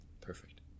Perfect